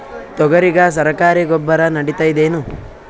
ತೊಗರಿಗ ಸರಕಾರಿ ಗೊಬ್ಬರ ನಡಿತೈದೇನು?